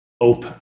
open